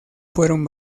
fueron